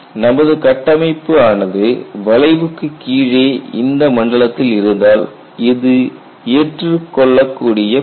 நமது கட்டமைப்பு ஆனது வளைவுக்கு கீழே இந்த மண்டலத்தில் இருந்தால் அது ஏற்றுக்கொள்ளக்கூடிய பகுதி